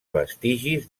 vestigis